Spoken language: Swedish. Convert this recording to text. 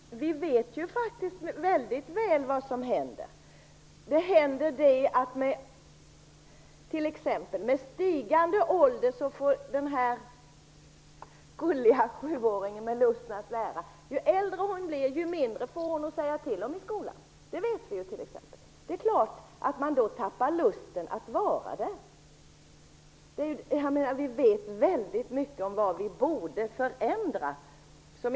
Herr talman! Vi vet ju faktiskt väldigt väl vad som händer. Med stigande ålder får den här gulliga sjuåringen med lust att lära allt mindre att säga till om i skolan. Det vet vi. Det är klart att man då tappar lusten att vara där. Vi vet väldigt mycket om vad vi borde förändra.